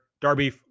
Darby